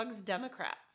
Democrats